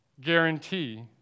guarantee